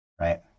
right